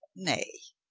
nay,